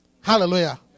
Hallelujah